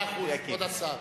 מאה אחוז, כבוד השר.